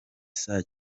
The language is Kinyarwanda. saa